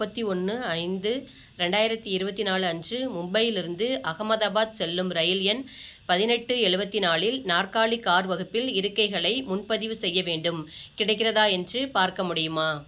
முப்பத்தி ஒன்று ஐந்து ரெண்டாயிரத்தி இருபத்தி நாலு அன்று மும்பையிலிருந்து அகமதாபாத் செல்லும் இரயில் எண் பதினெட்டு எழுவத்தி நாலில் நாற்காலி கார் வகுப்பில் இருக்கைகளை முன்பதிவு செய்ய வேண்டும் கிடைக்கிறதா என்று பார்க்க முடியுமா